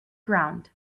ground